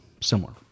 similar